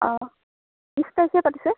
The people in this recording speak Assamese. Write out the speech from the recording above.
অ' বিশ তাৰিখে পাতিছে